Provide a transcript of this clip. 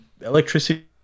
electricity